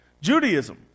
Judaism